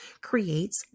creates